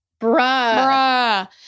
Bruh